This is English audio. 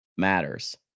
matters